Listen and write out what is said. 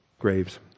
graves